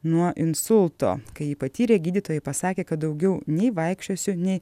nuo insulto kai jį patyrė gydytojai pasakė kad daugiau nei vaikščiosiu nei